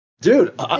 dude